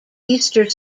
easter